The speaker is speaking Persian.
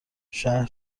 شهر